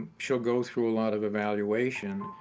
she'll go through a lot of evaluation.